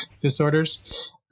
disorders